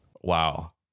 Wow